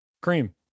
Cream